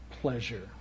pleasure